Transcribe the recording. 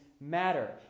matter